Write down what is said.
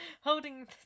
Holding